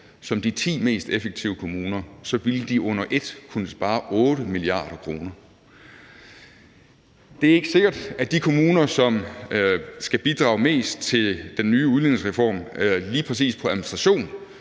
som de 10 mest effektive kommuner, så ville de kunne spare 8 mia. kr. Det er ikke sikkert, at de kommuner, som skal bidrage mest til den nye udligningsreform, lige præcis på administration